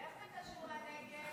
איך זה קשור לנגב?